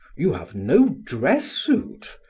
you have no dress suit?